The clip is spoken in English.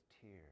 tears